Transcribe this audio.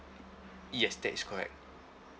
yes that is correct